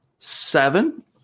seven